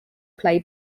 play